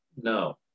No